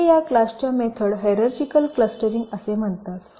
येथे या क्लासच्या मेथड हिराचीकल क्लस्टरिंग असे म्हणतात